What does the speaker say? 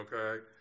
okay